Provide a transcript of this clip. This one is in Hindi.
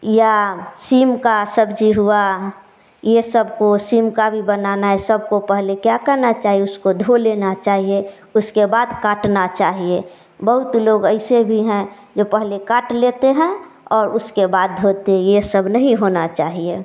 या सेम का सब्जी हुआ ये सबको सेम का भी बनाना है सबको पहले क्या करना चाहिए उसको धो लेना चाहिए उसके बाद काटना चाहिए बहुत लोग ऐसे भी हैं जो पहले काट लेते हैं और उसके बाद धोते हैं ये सब नहीं होना चाहिए